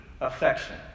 affection